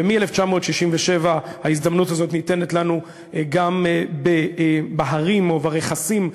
ומ-1967 ההזדמנות הזאת ניתנת לנו גם בהרים או ברכסים,